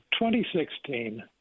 2016